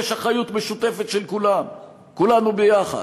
יש אחריות משותפת של כולם, כולנו יחד.